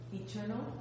eternal